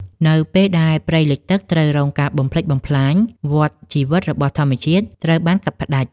នៅពេលដែលព្រៃលិចទឹកត្រូវរងការបំផ្លិចបំផ្លាញ វដ្តជីវិតរបស់ធម្មជាតិត្រូវបានកាត់ផ្ដាច់។